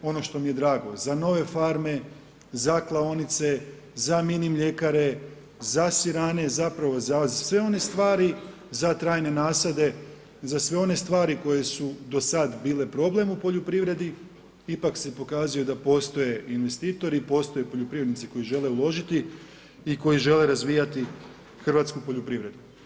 Ono što mi je drago, za nove farme, za klaonice, za mini mljekare, za sirane, zapravo, za sve one stvari za trajne nasade, za sve one stvari koje su do sad bile problem u poljoprivredi, ipak se pokazuje da postoje investitori, postoje poljoprivrednici koji žele uložiti i koji žele razvijati hrvatsku poljoprivredu.